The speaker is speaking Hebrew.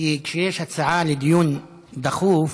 כשיש הצעה לדיון דחוף,